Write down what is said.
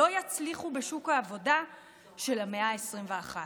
לא יצליחו בשוק העבודה של המאה ה-21.